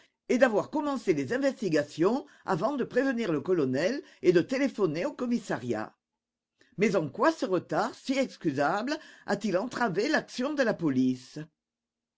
et d'avoir commencé les investigations avant de prévenir le colonel et de téléphoner au commissariat mais en quoi ce retard si excusable a-t-il entravé l'action de la police